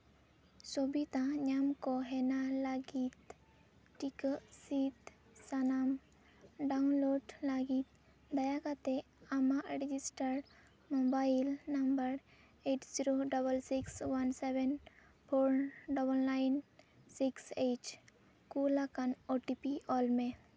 ᱥᱩᱵᱤᱫᱷᱟ ᱧᱟᱢ ᱠᱚ ᱦᱮᱱᱟ ᱞᱟᱹᱜᱤᱫ ᱴᱤᱠᱟᱹ ᱥᱤᱫ ᱥᱟᱱᱟᱢ ᱰᱟᱣᱩᱱᱞᱳᱰ ᱞᱟᱹᱜᱤᱫ ᱫᱟᱭᱟ ᱠᱟᱛᱮ ᱟᱢᱟᱜ register mobile number eight zero double six one seven four double nine six eight ᱠᱩᱞ ᱟᱠᱟᱱ ᱳᱴᱤᱯᱤ ᱚᱞ ᱢᱮ